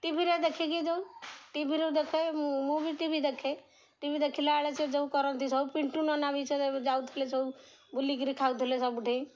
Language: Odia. ଟିଭିରେ ଦେଖିକି ଯେଉଁ ଟିଭିରୁ ଦେଖେ ମୁଁ ମୁଁ ବି ଟିଭି ଦେଖେ ଟିଭି ଦେଖିଲା ବେଳେ ସେ ଯେଉଁ କରନ୍ତି ସବୁ ପିଣ୍ଟୁ ନନା ବି ସେ ଯାଉଥିଲେ ସବୁ ବୁଲିକିରି ଖାଉଥିଲେ ସବୁଠେଇି